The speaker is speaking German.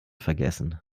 vergessen